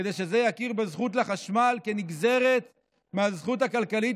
כדי שזה יכיר בזכות לחשמל כנגזרת מהזכות הכלכלית